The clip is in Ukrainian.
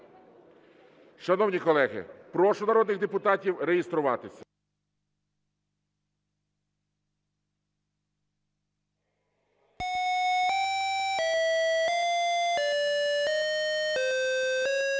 Шановні колеги, прошу народних депутатів реєструватися. 16:07:17 В залі